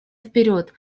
вперед